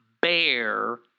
bear